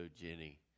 Jenny